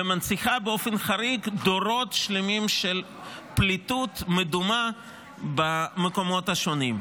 ומנציחה באופן חריג דורות שלמים של פליטות מדומה במקומות השונים,